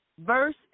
Verse